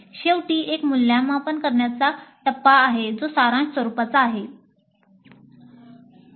शेवटी एक मूल्यांकन करण्याचा टप्पा आहे जो सारांश स्वरूपाचा आहे